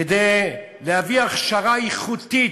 כדי להביא הכשרה איכותית,